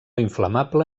inflamable